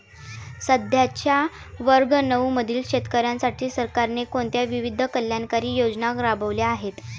सध्याच्या वर्ग नऊ मधील शेतकऱ्यांसाठी सरकारने कोणत्या विविध कल्याणकारी योजना राबवल्या आहेत?